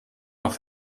noch